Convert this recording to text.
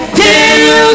till